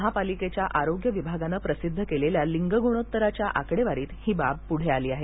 महापालिकेच्या आरोग्य विभागाने प्रसिद्ध केलेल्या लिंगगुणोत्तराच्या आकडेवारीत ही बाब पुढे आली आहे